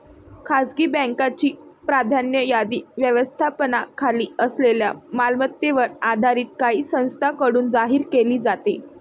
खासगी बँकांची प्राधान्य यादी व्यवस्थापनाखाली असलेल्या मालमत्तेवर आधारित काही संस्थांकडून जाहीर केली जाते